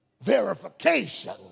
verification